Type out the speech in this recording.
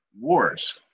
wars